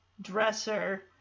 dresser